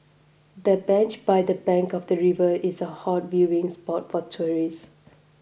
the bench by the bank of the river is a hot viewing spot for tourists